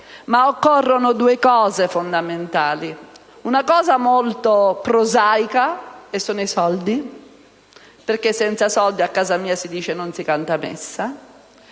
ma occorrono due cose fondamentali. Una cosa molto prosaica, che sono i soldi perché, come si dice a casa mia, «senza soldi non si canta messa».